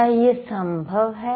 क्या यह संभव है